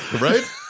right